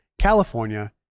California